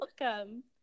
welcome